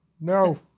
no